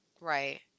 Right